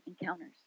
encounters